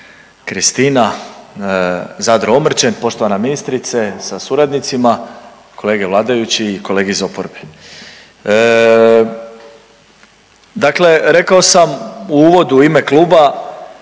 Kristina Zadro Omrčen, poštovana ministrice zajedno sa svojim suradnicima, kolege vladajući i kolege iz oporbe. Dakle, rekao sam u uvodu u ime kluba